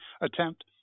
attempt